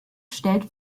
stellt